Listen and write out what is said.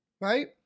right